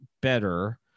better